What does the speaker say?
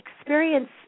experience